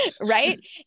right